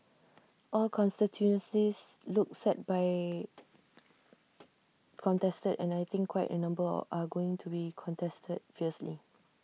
all constituencies look set by contested and I think quite A number of are going to be contested fiercely